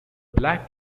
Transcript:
black